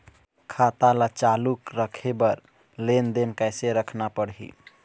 खाता ला चालू रखे बर लेनदेन कैसे रखना पड़ही?